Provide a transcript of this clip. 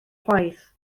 chwaith